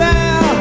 now